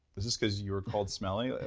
this this because you were called smelly?